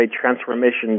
transformation